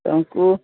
ᱩᱱᱠᱩ